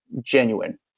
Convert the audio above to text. genuine